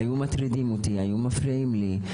היו מטרידים אותי, היו מפריעים לי.